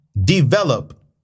develop